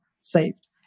saved